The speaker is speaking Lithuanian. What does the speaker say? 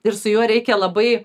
ir su juo reikia labai